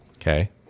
Okay